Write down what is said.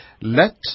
Let